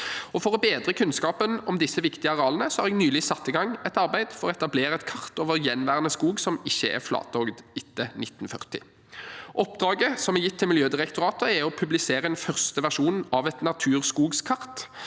For å bedre kunnskapen om disse viktige arealene har jeg nylig satt i gang et arbeid for å etablere et kart over gjenværende skog som ikke er flatehogd etter 1940. Oppdraget, som er gitt til Miljødirektoratet, er å publisere en første versjon av et naturskogskart,